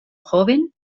joven